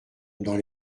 dans